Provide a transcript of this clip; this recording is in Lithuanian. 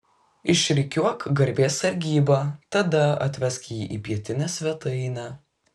išrikiuok garbės sargybą tada atvesk jį į pietinę svetainę